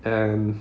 and